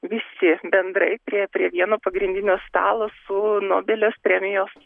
visi bendrai prie prie vieno pagrindinio stalo su nobelio premijos